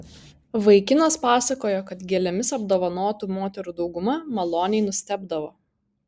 vaikinas pasakojo kad gėlėmis apdovanotų moterų dauguma maloniai nustebdavo